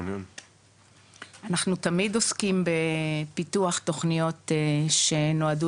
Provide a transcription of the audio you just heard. אנחנו תמיד עוסקים בפיתוח תוכניות שנועדו